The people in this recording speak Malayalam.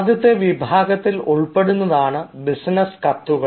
ആദ്യത്തെ വിഭാഗത്തിൽ ഉൾപ്പെടുന്നതാണ് ബിസിനസ് കത്തുകൾ